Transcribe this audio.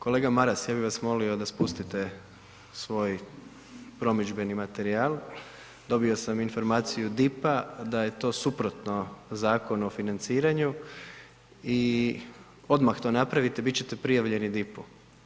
Kolega Maras ja bi vas molio da spustite svoj promidžbeni materijal, dobio sam informaciju DIP-a da je to suprotno Zakonu o financiranju i odmah to napravite bit ćete prijavljeni DIP-u.